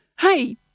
Hey